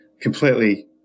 completely